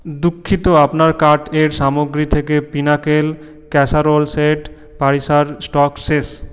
দুঃখিত আপনার কার্ট এর সামগ্রী থেকে পিনাকল ক্যাসারোল সেট পারিসার স্টক শেষ